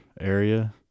area